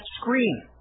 screen